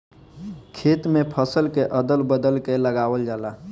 खेत में फसल के अदल बदल के लगावल जाला